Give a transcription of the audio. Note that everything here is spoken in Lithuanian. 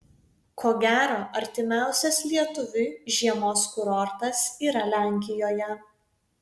ko gero artimiausias lietuviui žiemos kurortas yra lenkijoje